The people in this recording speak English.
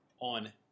on